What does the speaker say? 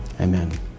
Amen